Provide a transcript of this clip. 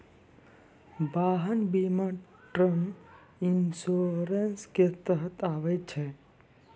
वाहन बीमा term insurance के तहत आबै छै